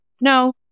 no